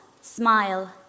Smile